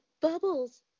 bubbles